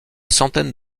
centaine